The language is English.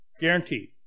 guaranteed